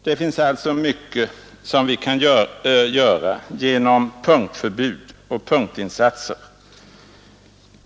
Det finns alltså mycket som vi kan göra genom punktförbud och punktinsatser.